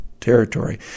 territory